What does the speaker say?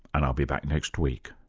and i'll be back next week